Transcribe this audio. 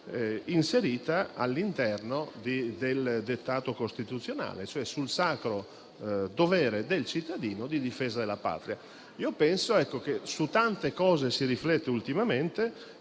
inserita all'interno del dettato costituzionale come sacro dovere del cittadino di difendere la Patria. Su tante cose si riflette ultimamente